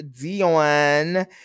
Dion